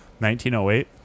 1908